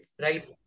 Right